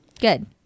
Good